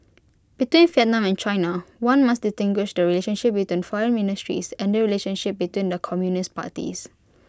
between Vietnam and China one must distinguish the relationship between foreign ministries and the relationship between the communist parties